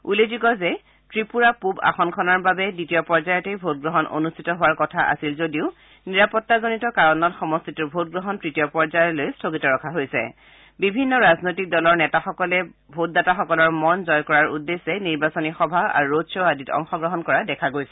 উল্লেখযোগ্য যে ত্ৰিপুৰা পুব আসনখনৰ বাবে দ্বিতীয় পৰ্যায়তে ভোটগ্ৰহণ অনুষ্ঠিত হোৱাৰ কথা আছিল যদিও নিৰাপত্তাজনিত কাৰণত সমষ্টিটোৰ ভোটগ্ৰহণ তৃতীয় পৰ্যায়লৈ স্থগিত ৰখা হৈছে বিভিন্ন ৰাজনৈতিক দলৰ নেতা সকলে ভোটদাতা সকলৰ মন জয় কৰা উদ্দেশ্যে নিৰ্বাচনী সভা আৰু ৰোডগ্ব' আদিত অংশ গ্ৰহণ কৰা দেখা গৈছে